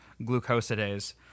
glucosidase